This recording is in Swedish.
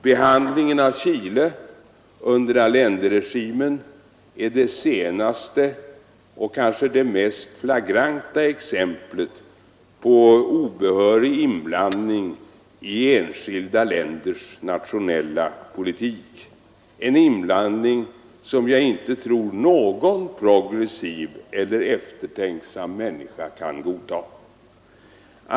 Behandlingen av Chile under Allenderegimen är det senaste och kanske mest flagranta exemplet på obehörig inblandning i enskilda länders nationella politik, en inblandning som jag inte tror någon progressiv eller eftertänksam människa kan godta.